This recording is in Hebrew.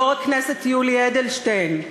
יושב-ראש הכנסת יולי אדלשטיין,